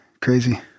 crazy